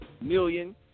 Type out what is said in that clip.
million